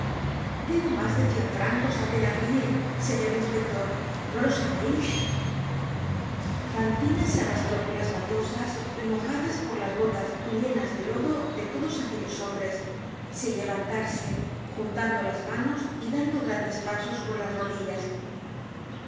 debo mas de cien francos á los thenardier señor inspector no lo sabeis fantina se arrastró por las baldosas mojadas por las botas llenas de lodo de todos aquellos hombres sin levantarse juntando las manos y dando grandes pasos con las rodillas